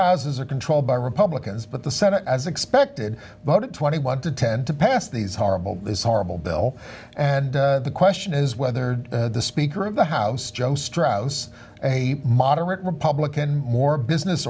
houses are controlled by republicans but the senate as expected voted twenty one to ten to pass these horrible horrible bill and the question is whether the speaker of the house joe straus a moderate republican more business